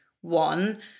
one